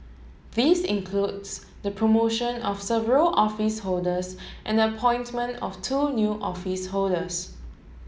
this includes the promotion of several office holders and the appointment of two new office holders